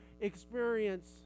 experience